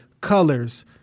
Colors